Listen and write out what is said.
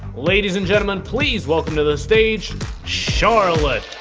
ladies and gentlemen, please welcome to the stage charlotte